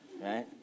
right